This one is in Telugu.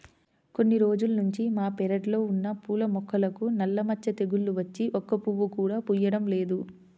కొన్ని రోజుల్నుంచి మా పెరడ్లో ఉన్న పూల మొక్కలకు నల్ల మచ్చ తెగులు వచ్చి ఒక్క పువ్వు కూడా పుయ్యడం లేదు